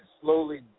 slowly